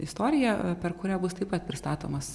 istoriją per kurią bus taip pat pristatomas